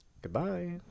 Goodbye